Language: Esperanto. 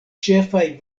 ĉefaj